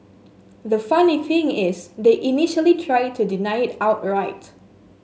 the funny thing is they initially tried to deny it outright